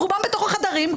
רובם בתוך החדרים,